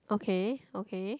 okay okay